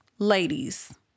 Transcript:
Ladies